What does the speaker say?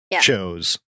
shows